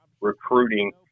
recruiting